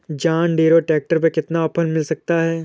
John Deere tractor पर कितना offer मिल सकता है?